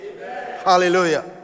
hallelujah